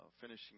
finishing